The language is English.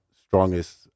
strongest